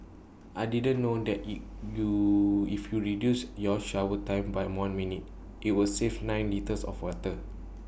I didn't know that you if you reduce your shower time by one minute IT will save nine litres of water